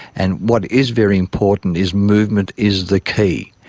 and what is very important is movement is the key.